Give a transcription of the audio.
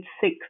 six